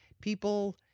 people